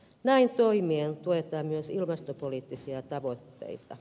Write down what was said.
näin toimien tuetaan myös ilmastopoliittisia tavoitteita